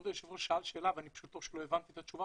כבוד היושב ראש שאל שאלה ולא הבנתי את התשובה,